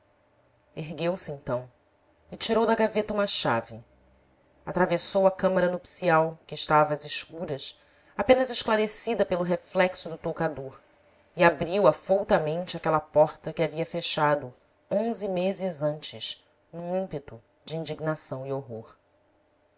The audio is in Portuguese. ergueu-se então e tirou da gaveta uma chave atravessou a câmara nupcial que estava às escuras apenas esclarecida pelo reflexo do toucador e abriu afoutamente aquela porta que havia fechado onze meses antes num ímpeto de indignação e horror